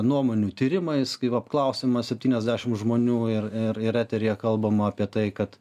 nuomonių tyrimais kai apklausiama septyniasdešim žmonių ir ir ir eteryje kalbama apie tai kad